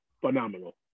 phenomenal